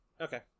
Okay